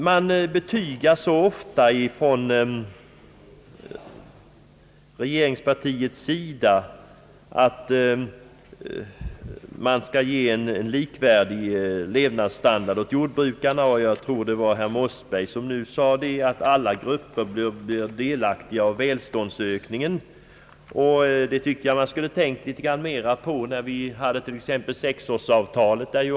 Man betygar så ofta från regeringspartiets sida, att man skall ge en likvärdig levnadsstandard åt jordbrukarna. Jag tror det var herr Mossberger som sade att alla grupper bör bli delaktiga av välståndsökningen. Det tycker jag att man skulle ha tänkt mera på t.ex. när vi hade sexårsavtalet.